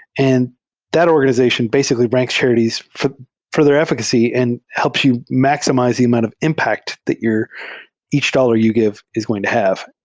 and that organization basically ranks charities for for their efficacy and helps you maximize the amount of impact that each dollar you give is going to have.